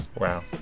Wow